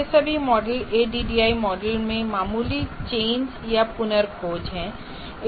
ये सभी model ADDIE model मैं मामूली चेंज या पुनर्खोज हैं